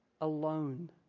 alone